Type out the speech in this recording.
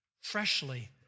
freshly